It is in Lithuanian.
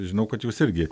žinau kad jūs irgi